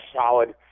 solid